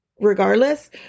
regardless